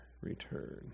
return